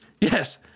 Yes